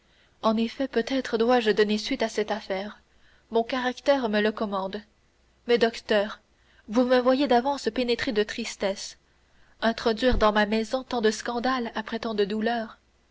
en effet peut-être dois-je donner suite à cette affaire mon caractère me le commande mais docteur vous me voyez d'avance pénétré de tristesse introduire dans ma maison tant de scandale après tant de douleur